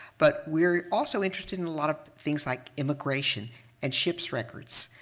but we're also interested in a lot of things like immigration and ships' records.